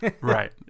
Right